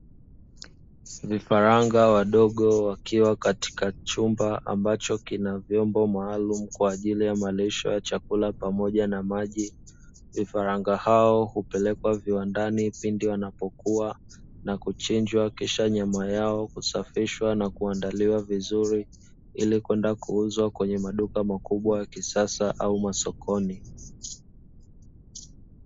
Vifaranga wadogo wakiwa katika chumba ambacho kina vyombo maalumu kwa ajili ya malisho ya chakula pamoja na maji. Vifaranga hao hupelekwa viwandani pindi wanapokua na kuchinjwa, kisha nyama yao husafishwa na huandaliwa vizuri ili kwenda kuuzwa kwenye maduka makubwa ya kisasa au masokoni.